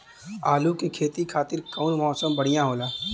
आलू के खेती खातिर कउन मौसम बढ़ियां होला?